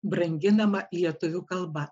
branginama lietuvių kalba